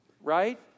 Right